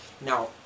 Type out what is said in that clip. now